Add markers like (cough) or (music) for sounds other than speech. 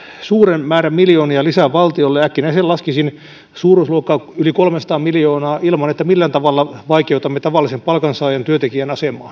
suuren määrän miljoonia lisää valtiolle äkkinäisesti laskisin että se olisi suuruusluokkaa yli kolmesataa miljoonaa ilman että millään tavalla vaikeutamme tavallisen palkansaajan työntekijän asemaa (unintelligible)